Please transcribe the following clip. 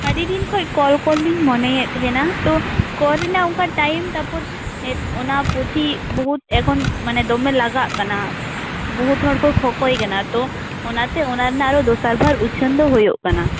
ᱟ ᱰᱤᱫᱤᱱ ᱠᱷᱚᱱ ᱠᱳᱞ ᱠᱳᱞ ᱞᱤᱧ ᱢᱚᱱᱮᱭᱮᱫ ᱛᱮᱦᱮᱱᱟ ᱛᱚ ᱠᱚᱞ ᱨᱮᱱᱟᱜ ᱚᱱᱠᱟ ᱴᱟᱹᱭᱤᱢ ᱛᱟᱨᱯᱚᱨ ᱚᱱᱟ ᱯᱩᱛᱷᱤ ᱵᱚᱦᱩᱛ ᱮᱠᱷᱚᱱ ᱢᱟᱱᱮ ᱫᱚᱢᱮ ᱞᱟᱜᱟᱜ ᱠᱟᱱᱟ ᱵᱚᱦᱩᱛ ᱦᱚᱲᱠᱚ ᱠᱷᱚᱠᱚᱭ ᱠᱟᱱᱟ ᱛᱚ ᱚᱱᱟᱛᱮ ᱚᱱᱟ ᱨᱮᱱᱟᱜ ᱟᱨᱦᱚᱸ ᱫᱚᱥᱟᱨ ᱵᱷᱟᱨ ᱩᱪᱷᱟ ᱱ ᱫᱚ ᱦᱳᱭᱳᱜ ᱠᱟᱱᱟ